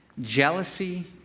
jealousy